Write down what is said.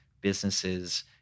businesses –